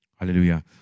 Hallelujah